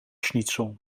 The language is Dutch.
schnitzel